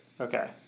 Okay